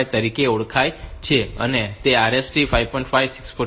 5 તરીકે ઓળખાય છે અને તે RST 5